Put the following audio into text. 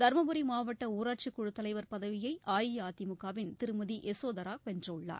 தர்மபுரி மாவட்ட ஊராட்சிக் குழு தலைவர் பதவியை அஇஅதிமுகவின் திருமதி யசோதரா வென்றுள்ளார்